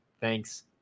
thanks